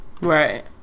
Right